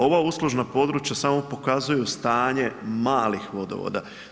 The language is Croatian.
Ovo uslužna područja samo pokazuju stanje malih vodovoda.